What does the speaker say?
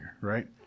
right